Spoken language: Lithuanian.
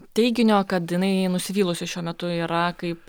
teiginio kad jinai nusivylusi šiuo metu yra kaip